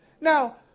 Now